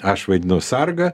aš vaidinau sargą